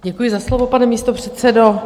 Děkuji za slovo, pane místopředsedo.